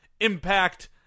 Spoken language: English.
Impact